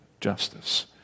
justice